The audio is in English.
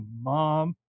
mom